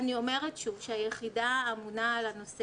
אני אומרת שוב שהיחידה האמונה על הנושא